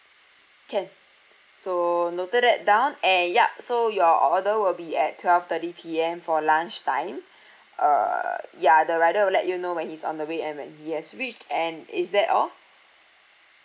can so noted that down and yup so your order will be at twelve thirty P_M for lunch time uh ya the rider will let you know when he's on the way and when he has reached and is that all